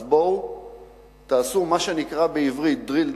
אז בואו תעשו מה שנקרא בעברית "דריל דאון",